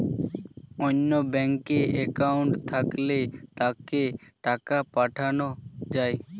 অন্য ব্যাঙ্কে অ্যাকাউন্ট থাকলে তাতে টাকা পাঠানো যায়